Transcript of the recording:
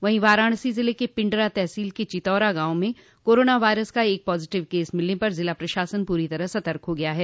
वहीं वाराणसी जिले के पिंडरा तहसील के चितौरा गांव में कोरोना वायरस का एक पॉजिटिव केस मिलने पर जिला प्रशासन पूरी तरह से सतर्क हो गया है